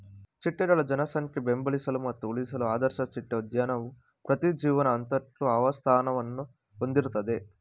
ಚಿಟ್ಟೆಗಳ ಜನಸಂಖ್ಯೆ ಬೆಂಬಲಿಸಲು ಮತ್ತು ಉಳಿಸಲು ಆದರ್ಶ ಚಿಟ್ಟೆ ಉದ್ಯಾನವು ಪ್ರತಿ ಜೀವನ ಹಂತಕ್ಕೂ ಆವಾಸಸ್ಥಾನವನ್ನು ಹೊಂದಿರ್ತದೆ